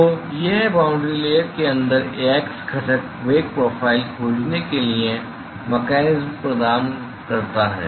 तो यह boundary layer के अंदर एक्स घटक वेग प्रोफाइल खोजने के लिए मेकेनिस्म प्रदान करता है